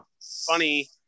funny